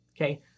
Okay